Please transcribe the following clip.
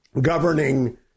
governing